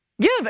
Give